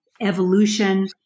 evolution